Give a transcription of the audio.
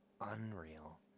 unreal